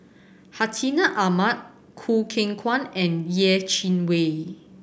Hartinah Ahmad Choo Keng Kwang and Yeh Chi Wei